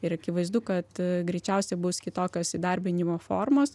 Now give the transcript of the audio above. ir akivaizdu kad greičiausiai bus kitokios įdarbinimo formos